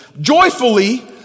joyfully